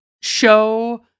show